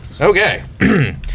Okay